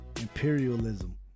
imperialism